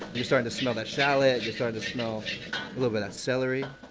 you're starting to smell that shallot, you're starting to smell a little bit of celery